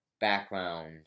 background